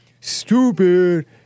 Stupid